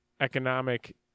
economic